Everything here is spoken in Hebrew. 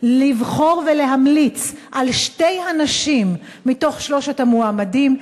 לבחור ולהמליץ על שתי הנשים משלושת המועמדים,